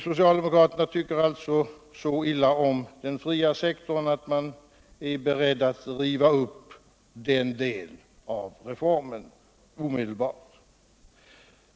Socialdemokraterna tycker så illa om den fria sektorn att de är beredda att omedelbart riva upp den delen av reformen.